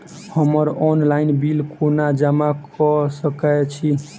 हम्मर online bill कोना जमा कऽ सकय छी?